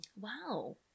Wow